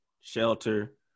shelter